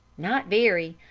not very.